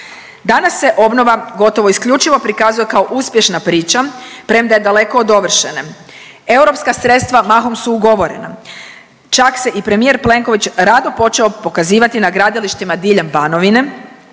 Danas se obnova gotovo isključivo prikazuje kao uspješna priča premda je daleko od dovršene. Europska sredstva mahom su ugovorena, čak se i premijer Plenković rado počeo pokazivati na gradilištima diljem Banovine